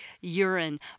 urine